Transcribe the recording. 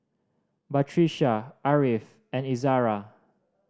Batrisya Ariff and Izara